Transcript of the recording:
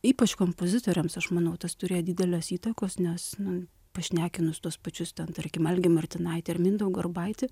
ypač kompozitoriams aš manau tas turėjo didelės įtakos nes nu pašnekinus tuos pačius ten tarkim algį martinaitį ar mindaugą urbaitį